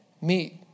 meet